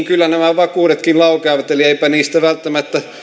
kyllä laukeavat eli eipä niistä välttämättä